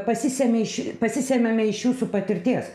pasisemia iš pasisemiame iš jūsų patirties